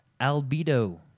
Albedo